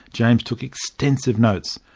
james took extensive notes,